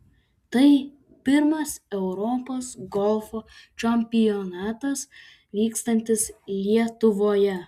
tai pirmas europos golfo čempionatas vykstantis lietuvoje